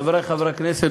חברי חברי הכנסת,